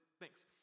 thanks